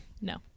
no